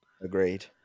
Agreed